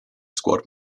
squad